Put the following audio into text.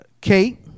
Kate